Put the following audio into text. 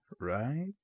right